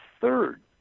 third